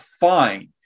fine